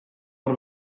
hor